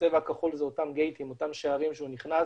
הצבע הכחול זה אותם שערים בהם הוא נכנס,